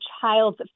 child's